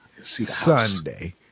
Sunday